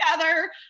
together